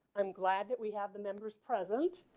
i'm glad that we have the members present.